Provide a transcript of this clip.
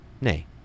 nay